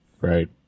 right